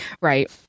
Right